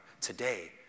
today